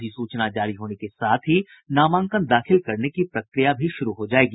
अधिसूचना जारी होने के साथ नामांकन दाखिल करने की प्रक्रिया भी शुरू हो जायेगी